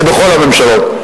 זה בכל הממשלות.